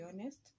honest